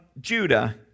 Judah